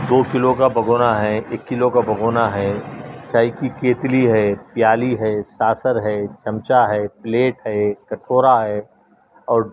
دو kilo کا بھگونا ہے ایک کلو کا بھگونا ہے چائے کی کیتلی ہے پیالی ہے ساسر ہے چمچا ہے پلیٹ ہے کٹورا ہے اور